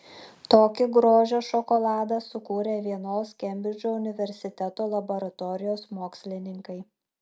tokį grožio šokoladą sukūrė vienos kembridžo universiteto laboratorijos mokslininkai